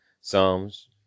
Psalms